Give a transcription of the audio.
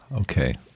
Okay